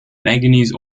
manganese